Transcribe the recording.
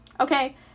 okay